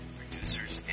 producers